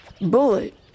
Bullet